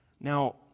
Now